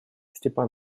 степан